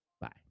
Bye